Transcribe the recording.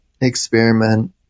Experiment